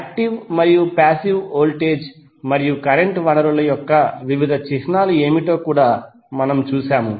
active మరియు passive voltage మరియు current వనరుల యొక్క వివిధ చిహ్నాలు ఏమిటో కూడా మనము చూశాము